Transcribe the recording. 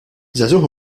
żagħżugħ